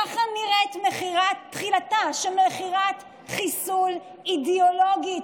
ככה נראית תחילתה של מכירת חיסול אידיאולוגית.